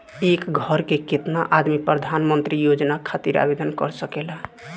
एक घर के केतना आदमी प्रधानमंत्री योजना खातिर आवेदन कर सकेला?